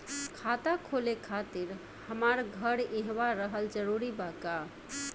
खाता खोले खातिर हमार घर इहवा रहल जरूरी बा का?